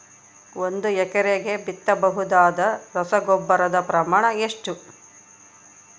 ಒಂದು ಎಕರೆಗೆ ಬಿತ್ತಬಹುದಾದ ರಸಗೊಬ್ಬರದ ಪ್ರಮಾಣ ಎಷ್ಟು?